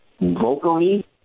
vocally